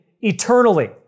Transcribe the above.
eternally